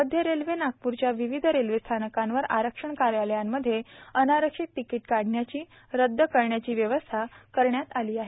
मध्य रेल्वे नागपूरच्या विविध रेल्वे स्थानकांवर आरक्षण कार्यालयांमध्ये अनारक्षित तिकिट काढण्याची रद्द करयाची व्यवस्था करण्यात आली आहे